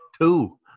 Two